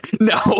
No